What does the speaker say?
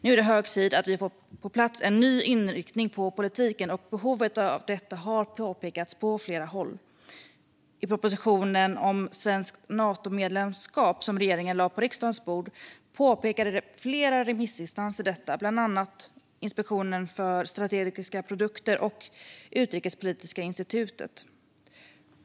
Nu är det hög tid att vi får en ny inriktning för politiken på plats, och behovet av detta har lyfts fram från flera håll. I propositionen om svenskt Natomedlemskap som regeringen lagt på riskdagens bord påpekade flera remissinstanser detta, bland annat Inspektionen för strategiska produkter och Utrikespolitiska institutet.